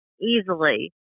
easily